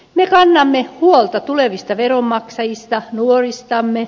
me kannamme huolta tulevista veronmaksajista nuoristamme